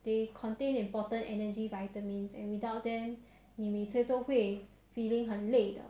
yes that's right because everything moderation is key so is not completely cut out